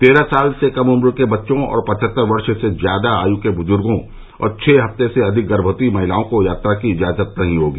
तेरह साल से कम उम्र के बच्चों और पछत्तर वर्ष से ज्यादा आयु के बुजुर्गो और छ हफ्ते से अधिक गर्भवती महिलाओं को यात्रा की इजाजत नहीं होगी